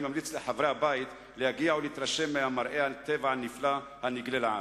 אני ממליץ לחברי הבית להגיע ולהתרשם ממראה הטבע הנפלא הנגלה לעין.